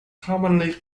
commonly